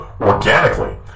organically